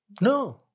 No